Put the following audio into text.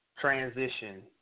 transition